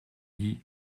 dit